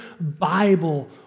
Bible